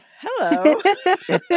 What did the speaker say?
Hello